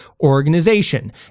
organization